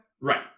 Right